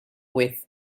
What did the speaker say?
with